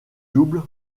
double